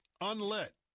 unlit